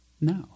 No